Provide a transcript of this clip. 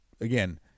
again